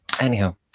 Anyhow